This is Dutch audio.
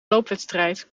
loopwedstrijd